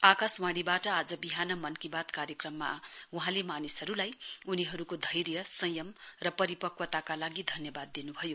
आकाशवाणीबाट आज बिहान मन की बात कार्यक्रममा आज वहाँले मानिसहरूलाई उनीहरूको धैर्य संयम र परिपक्वताका लागि धन्यवाद दिनुयो